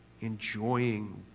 enjoying